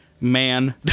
man